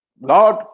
Lord